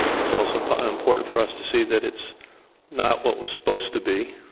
it's also important for us to see that it's not what was supposed to be.